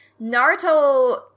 Naruto